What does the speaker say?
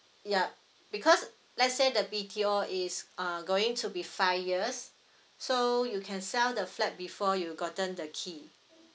yup because let's say the B_T_O is uh going to be five years so you can sell the flat before you gotten the key